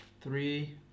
three